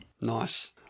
nice